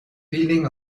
feeling